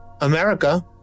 america